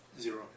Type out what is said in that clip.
Zero